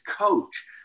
coach